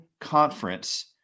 conference